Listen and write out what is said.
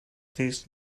this